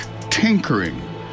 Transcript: tinkering